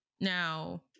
Now